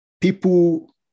People